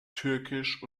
türkisch